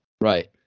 Right